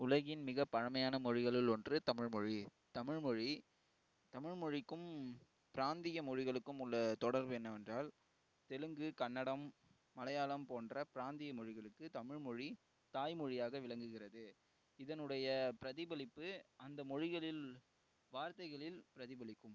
உலகின் மிக பழமையான மொழிகளில் ஒன்று தமிழ்மொழி தமிழ்மொழி தமிழ்மொழிக்கும் பிராந்திய மொழிகளுக்கும் உள்ள தொடர்பு என்னவென்றால் தெலுங்கு கன்னடம் மலையாளம் போன்ற பிராந்திய மொழிகளுக்கு தமிழ்மொழி தாய்மொழியாக விளங்குகிறது இதனுடைய பிரதிபலிப்பு அந்த மொழிகளில் வார்த்தைகளில் பிரதிபலிக்கும்